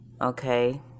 Okay